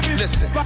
listen